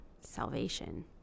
salvation